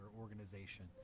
organization